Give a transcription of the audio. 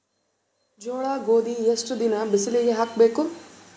ಜೋಳ ಗೋಧಿ ಎಷ್ಟ ದಿನ ಬಿಸಿಲಿಗೆ ಹಾಕ್ಬೇಕು?